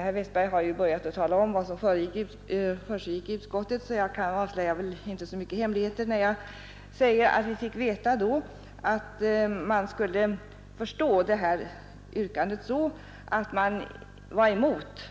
Herr Westberg har ju börjat tala om vad som försiggick i utskottet, så jag avslöjar väl inte så mycket hemligheter när jag säger att vi fick veta att vi skall förstå detta yrkande så, att man var emot